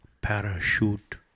parachute